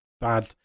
bad